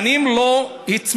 שנים לא הצמידו.